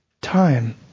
time